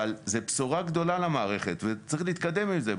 אבל זו בשורה גדולה למערכת, וצריך להתקדם עם זה.